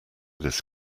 this